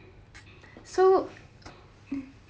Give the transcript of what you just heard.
so